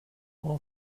all